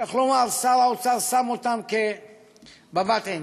איך לומר, שר האוצר שם אותם כבבת עינו.